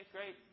Great